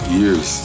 years